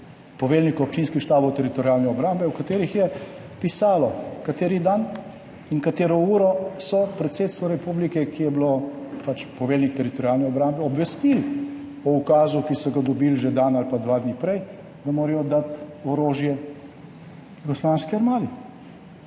poveljnikov občinskih štabov teritorialne obrambe, v katerih je pisalo, kateri dan in katero uro so predsedstvo republike oziroma poveljnika teritorialne obrambe obvestili o ukazu, ki so ga dobili že dan ali pa dva dni prej, da morajo dati orožje Jugoslovanski armadi.